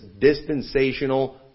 dispensational